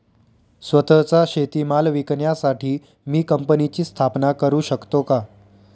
स्वत:चा शेतीमाल विकण्यासाठी मी कंपनीची स्थापना करु शकतो का?